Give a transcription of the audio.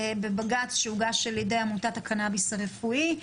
בבג"ץ שהוגש על ידי עמותת הקנאביס הרפואי,